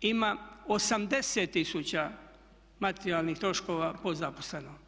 ima 80 tisuća materijalnih troškova po zaposlenom.